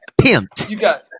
pimped